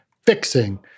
fixing